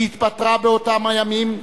שהתפטרה באותם הימים,